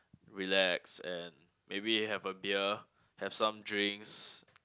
relax and maybe have a beer have some drinks